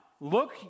look